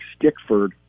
Stickford